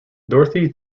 dorothy